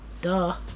Duh